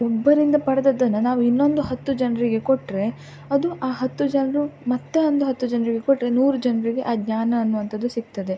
ಒಬ್ಬರಿಂದ ಪಡೆದದ್ದನ್ನು ನಾವು ಇನ್ನೊಂದು ಹತ್ತು ಜನರಿಗೆ ಕೊಟ್ಟರೆ ಅದು ಆ ಹತ್ತು ಜನರು ಮತ್ತು ಒಂದು ಹತ್ತು ಜನರಿಗೆ ಕೊಟ್ಟರೆ ನೂರು ಜನರಿಗೆ ಆ ಜ್ಞಾನ ಅನ್ನುವಂಥದ್ದು ಸಿಗ್ತದೆ